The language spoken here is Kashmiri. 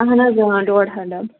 اَہَن حظ آ ڈۄڈ ہَتھ ڈَبہٕ